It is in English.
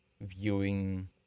viewing